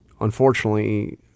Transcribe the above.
unfortunately